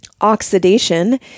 Oxidation